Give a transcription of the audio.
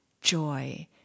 joy